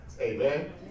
Amen